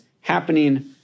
happening